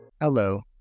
Hello